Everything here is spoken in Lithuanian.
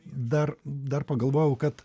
dar dar pagalvojau kad